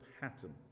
pattern